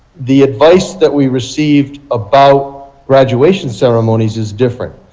the advice that we received about graduation ceremonies is different.